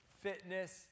fitness